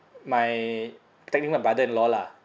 my technically my brother-in-law lah